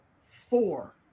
four